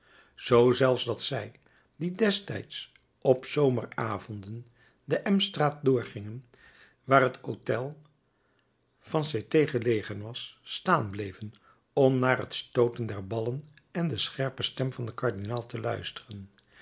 zoo zelfs dat zij die destijds op zomeravonden de m straat doorgingen waar het hôtel van cl t gelegen was staan bleven om naar het stooten der ballen en de scherpe stem van den kardinaal te luisteren